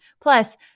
Plus